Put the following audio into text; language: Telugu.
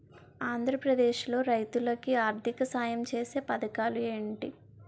ఆంధ్రప్రదేశ్ లో రైతులు కి ఆర్థిక సాయం ఛేసే పథకాలు ఏంటి?